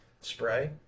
spray